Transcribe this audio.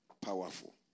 Powerful